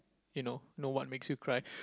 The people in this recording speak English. you know know what makes you cry